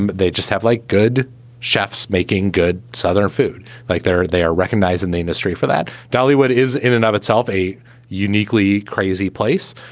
and they just have like good chefs making good southern food like there. they are recognized in the industry for that. dollywood is in and of itself a uniquely crazy place.